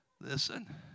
listen